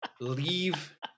Leave